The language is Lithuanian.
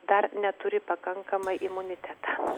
dar neturi pakankamai imunitetą